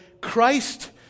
Christ